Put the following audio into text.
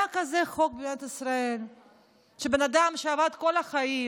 היה כזה חוק במדינת ישראל שבן אדם שעבד כל החיים,